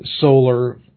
solar